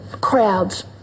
crowds